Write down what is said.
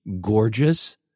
gorgeous